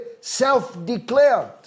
self-declared